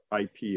IP